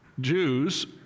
Jews